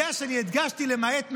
יודע שאני הדגשתי: למעט מקומית.